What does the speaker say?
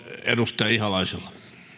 edustaja ihalaisella